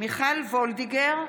מיכל וולדיגר,